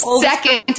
second